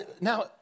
now